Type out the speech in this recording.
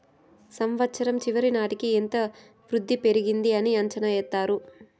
సంవచ్చరం చివరి నాటికి ఎంత వృద్ధి పెరిగింది అని అంచనా ఎత్తారు